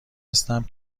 هستم